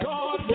God